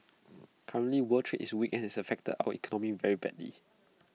currently world trade is weak and has affected our economy very badly